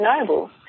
noble